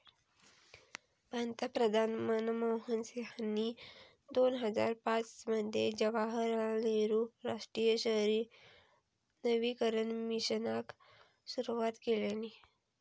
पंतप्रधान मनमोहन सिंहानी दोन हजार पाच मध्ये जवाहरलाल नेहरु राष्ट्रीय शहरी नवीकरण मिशनाक सुरवात केल्यानी